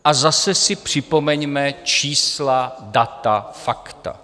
A zase si připomeňme čísla, data, fakta.